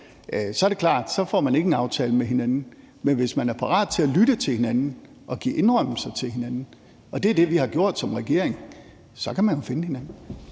Så er det klart, at man ikke får en aftale med hinanden. Men hvis man er parat til at lytte til hinanden og give indrømmelser til hinanden, og det er det, vi har gjort som regering, så kan man jo finde hinanden.